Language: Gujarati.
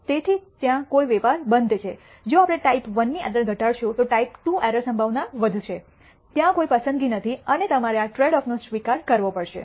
તેથી ત્યાં કોઈ વેપાર બંધ છે જો આપણે ટાઈપ I ની એરર ઘટાડશો તો ટાઇપ II એરર સંભાવના વધશે ત્યાં કોઈ પસંદગી નથી અને તમારે આ ટ્રૈડઑફ ને સ્વીકાર કરવો પડશે